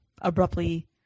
abruptly